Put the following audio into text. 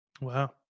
Wow